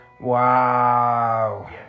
Wow